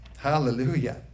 Hallelujah